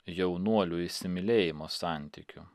jaunuolių įsimylėjimo santykiu